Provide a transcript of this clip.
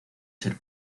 ser